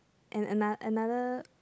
and ano~ another